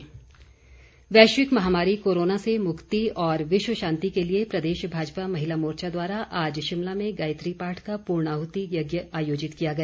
भाजपा गायत्री पाठ वैश्विक महामारी कोरोना से मुक्ति और विश्व शांति के लिए प्रदेश भाजपा महिला मोर्चा द्वारा आज शिमला में गायत्री पाठ का पूर्ण आहूति यज्ञ आयोजित किया गया